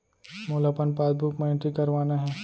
मोला अपन पासबुक म एंट्री करवाना हे?